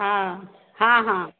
हँ हँ हँ